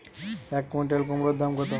এক কুইন্টাল কুমোড় দাম কত?